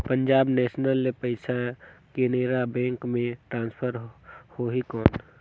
Punjab National ले पइसा Canara Bank मे ट्रांसफर होहि कौन?